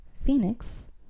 Phoenix